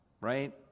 right